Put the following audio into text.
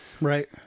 right